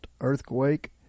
earthquake